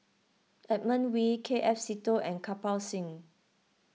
Edmund Wee K F Seetoh and Kirpal Singh